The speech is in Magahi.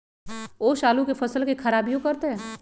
ओस आलू के फसल के खराबियों करतै?